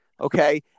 okay